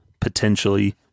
potentially